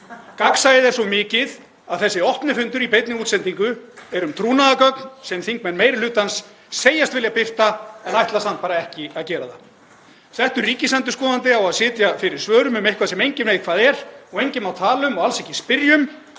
Gagnsæið er svo mikið að þessi opni fundur í beinni útsendingu er um trúnaðargögn sem þingmenn meiri hlutans segjast vilja birta en ætla samt bara ekki að gera það. Settur ríkisendurskoðandi á að sitja fyrir svörum um eitthvað sem enginn veit hvað er og enginn má tala um og alls ekki spyrja